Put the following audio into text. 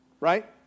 right